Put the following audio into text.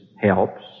helps